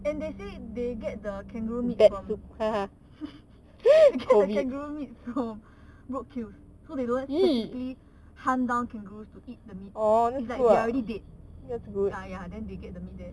and they say they get the kangaroo meat from they get the kangaroo meat from roadkills so they don't specifically hunt down kangaroos to eat the meat is like they are already dead ah ya then they get the meat there